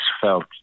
felt